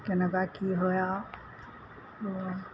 কেনেকুৱা কি হয় আৰু